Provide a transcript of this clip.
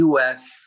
UF